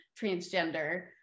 transgender